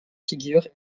figures